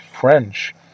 French